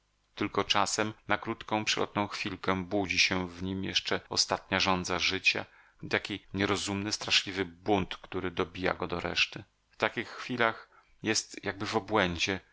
tylko czasem na krótką przelotną chwilkę budzi się w nim jeszcze ostatnia żądza życia i taki nierozumny straszliwy bunt który dobija go do reszty w takich chwilach jest jakby w obłędzie